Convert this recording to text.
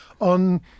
on